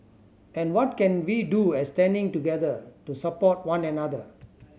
and what can we do as standing together to support one another